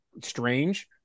strange